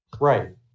Right